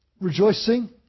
rejoicing